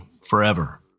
forever